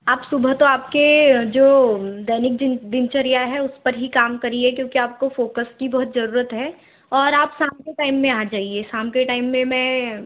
आप सुबह तो आपके जो दैनिक दिन दिनचर्या है उस पर ही काम करिए क्योंकि आपको फ़ोकस की बहुत जरूरत है और आप शाम के टाइम में आ जाइए शाम के टाइम में मैं